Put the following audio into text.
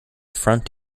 front